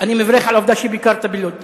אני מברך על העובדה שביקרת בלוד.